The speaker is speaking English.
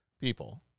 people